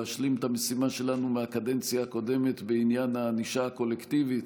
להשלים את המשימה שלנו מהקדנציה הקודמת בעניין הענישה הקולקטיבית,